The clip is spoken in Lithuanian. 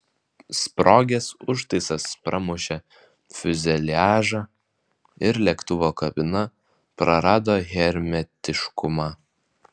sprogęs užtaisas pramušė fiuzeliažą ir lėktuvo kabina prarado hermetiškumą